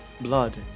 Blood